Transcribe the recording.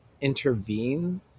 intervene